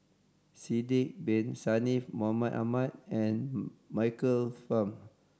Sidek Bin Saniff Mahmud Ahmad and Michael Fam